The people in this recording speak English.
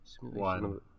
One